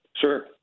Sure